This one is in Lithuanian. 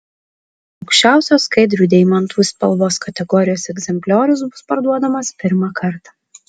aukščiausios skaidrių deimantų spalvos kategorijos egzempliorius bus parduodamas pirmą kartą